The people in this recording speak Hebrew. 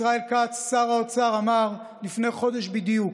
ישראל כץ, שר האוצר, אמר לפני חודש בדיוק: